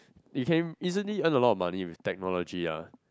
you can easily earn a lot of money with technology ah